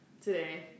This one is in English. today